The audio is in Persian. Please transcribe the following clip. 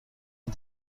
این